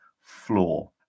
floor